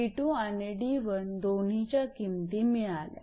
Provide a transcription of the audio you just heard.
𝑑2 आणि 𝑑1 दोन्हीच्या किमती मिळाल्या